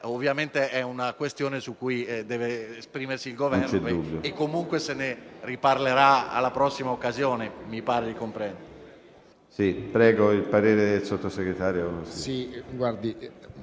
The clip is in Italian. ovviamente è una questione su cui deve esprimersi il Governo, e comunque se ne riparlerà alla prossima occasione.